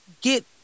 get